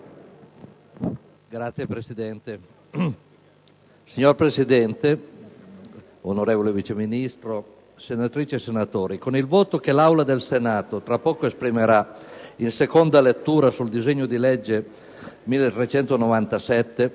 FRATIN *(PdL)*. Signora Presidente, onorevole Vice Ministro, senatrici e senatori, con il voto che l'Aula del Senato tra poco esprimerà in seconda lettura sul disegno di legge n. 1397